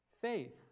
faith